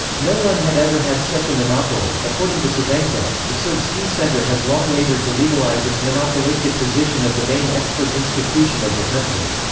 no one had ever had such a monopoly according to savenko, the serbsky center has long labored to legalize its monopolistic position of the main expert institution of the country.